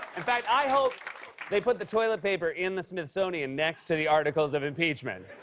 in fact, i hope they put the toilet paper in the smithsonian next to the articles of impeachment.